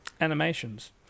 animations